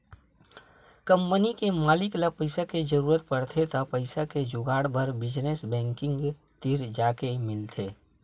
company के मालिक ल पइसा के जरूरत परथे त पइसा के जुगाड़ बर निवेस बेंकिग तीर जाके मिलथे